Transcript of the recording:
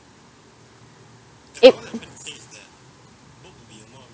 it